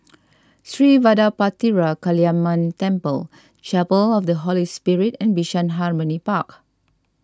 Sri Vadapathira Kaliamman Temple Chapel of the Holy Spirit and Bishan Harmony Park